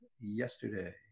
yesterday